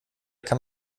kann